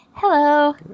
hello